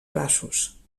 braços